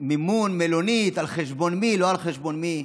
מימון, מלונית, על חשבון מי, לא על חשבון מי.